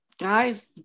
guys